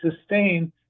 sustain